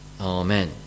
amen